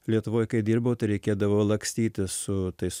lietuvoj kai dirbau tai reikėdavo lakstyti su tais